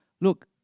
Look